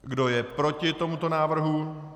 Kdo je proti tomuto návrhu?